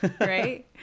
right